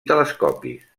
telescopis